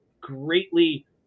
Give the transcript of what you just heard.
greatly